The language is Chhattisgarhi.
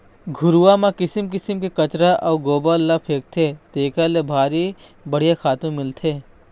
घुरूवा म किसम किसम के कचरा अउ गोबर ल फेकथे तेखर ले भारी बड़िहा खातू मिलथे